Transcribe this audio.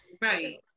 Right